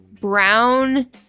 brown